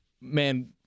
man –